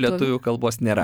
lietuvių kalbos nėra